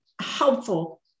helpful